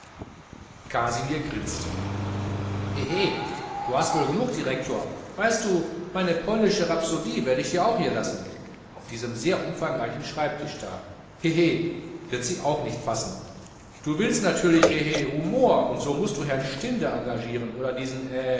kasimir grinste hehe du hast wohl genug direktor weißt du meine polnische rhapsodie werde ich dir auch hier lassen auf diesem sehr umfangreichen schreibtisch da hehe sie wird auch nicht passen du willst natürlich hehe humor und so mußt du herrn stinde engagieren oder diesen